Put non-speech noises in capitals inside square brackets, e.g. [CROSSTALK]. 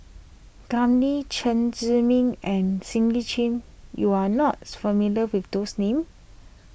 Kam Ning Chen Zhiming and Cindy Chin you are not [NOISE] familiar with those names